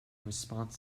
response